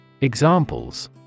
Examples